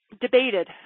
debated